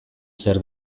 zer